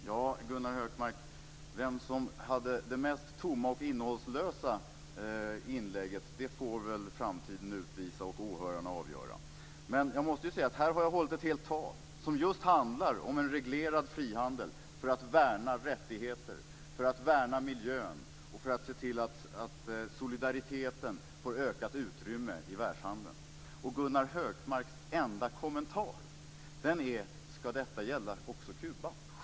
Fru talman! Vem som hade det mest tomma och innehållslösa inlägget får väl framtiden utvisa och åhörarna avgöra. Här har jag hållit ett helt tal som just handlar om en reglerad frihandel, för att värna rättigheter, för att värna miljön och för att se till att solidariteten får ökat utrymme i världshandeln. Gunnar Hökmarks enda kommentar är: Ska detta gälla också Kuba?